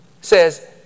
says